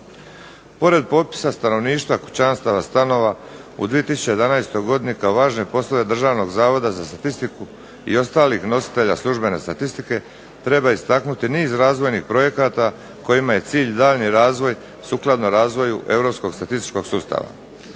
Pored popisa stanovništva, kućanstava stanova u 2011. godini kao važne poslove Državnog zavoda za statistiku i ostalih nositelja službene statistike treba istaknuti niz razvojnih projekata kojima je cilj daljnji razvoj sukladno razvoju europskog statističkog sustava.